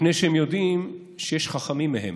מפני שהם יודעים שיש חכמים מהם,